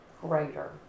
greater